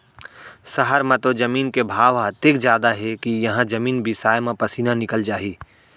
सहर म तो जमीन के भाव ह अतेक जादा हे के इहॉं जमीने बिसाय म पसीना निकल जाही